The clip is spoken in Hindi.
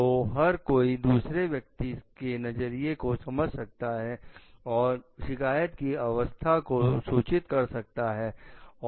तो हर कोई दूसरे व्यक्ति के नजरिए को समझ सकता है और शिकायत की अवस्था को सूचित कर सकता है